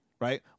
right